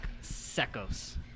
Secos